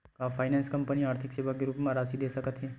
का finance company आर्थिक सेवा के रूप म राशि दे सकत हे?